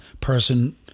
person